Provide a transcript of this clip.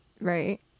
Right